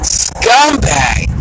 scumbag